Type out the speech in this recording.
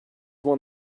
one